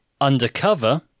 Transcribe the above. undercover